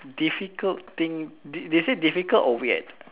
difficult thing they say difficult or weird